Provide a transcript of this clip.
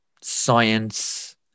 science